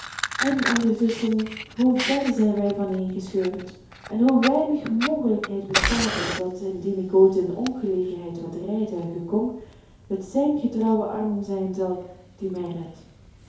en ondertusschen hoe ver zijn wij vaneengescheurd en hoe weinig mogelijkheid bestaat er dat indien ik ooit in ongelegenheid met rijtuigen kom het zijn getrouwe arm zijn zal die mij redt